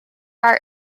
are